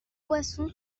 poisson